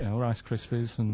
rice krispies